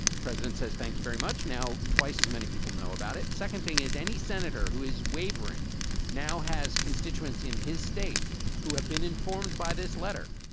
president says, thank you very much now. twice as many people know about it. second thing is any senator who is wavering now has constituents in his state who have been informed by this letter.